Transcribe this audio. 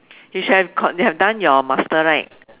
you should have called they have done your master right